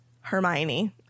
Hermione